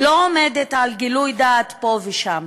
לא עומדת על גילוי דעת פה ושם.